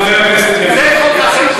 חבר הכנסת, חבר הכנסת ילין, זה חוק החירום.